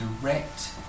direct